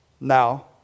Now